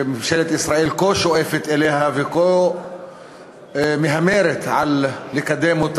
שממשלת ישראל כה שואפת אליה וכה מהמרת על קידומה.